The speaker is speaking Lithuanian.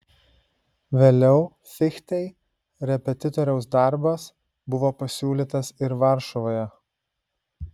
vėliau fichtei repetitoriaus darbas buvo pasiūlytas ir varšuvoje